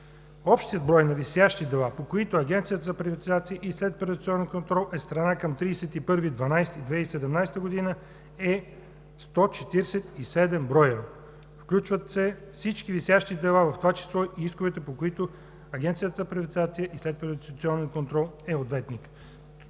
Общият брой на висящите дела, по които Агенцията за приватизация и следприватизационен контрол е страна, към 30 юни 2018 г. е 153 броя, включват се всички висящи дела, в това число и исковете, по които Агенцията за приватизация и следприватизационен контрол е ответник.